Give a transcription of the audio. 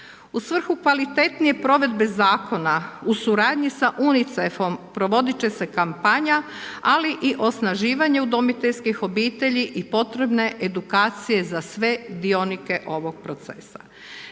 U svrhu kvalitetnije provedbe zakona, u suradnji sa UNICEF-om provoditi će se kampanja, ali i osnaživanje udomiteljskih obitelji i potrebne edukacije za sve dionike ovog procesa.